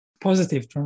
positive